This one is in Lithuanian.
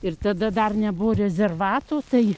ir tada dar nebuvo rezervato tai